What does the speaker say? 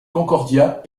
concordia